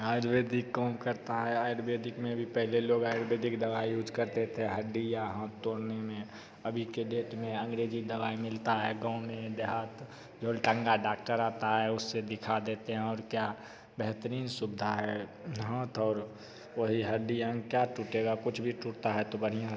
आयुर्वेदिक काम करता है आयुर्वेदिक में भी पहले लोग आयुर्वेदिक दवाई यूज़ करते थे हड्डी या हाथ तोड़ने में अभी के डेट में अंग्रेजी दवाई मिलता है गाँव में देहात जो उलटंगा डाक्टर आता है उससे दिखा देते हैं और क्या बेहतरीन सुविधा है हाथ और वही हड्डी अंग क्या टूटेगा कुछ भी टूटता है तो बढ़िया